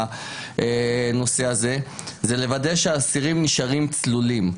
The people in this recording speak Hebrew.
הנושא הזה הוא לוודא שהאסירים נשארים צלולים.